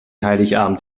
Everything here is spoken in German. heiligabend